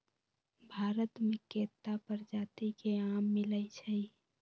भारत मे केत्ता परजाति के आम मिलई छई